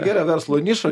gera verslo niša